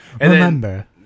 remember